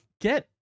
get